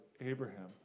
Abraham